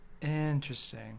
Interesting